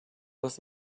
was